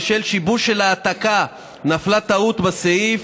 בשל שיבוש של העתקה נפלה טעות בסעיף